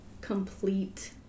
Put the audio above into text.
complete